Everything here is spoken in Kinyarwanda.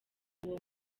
uwo